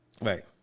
Right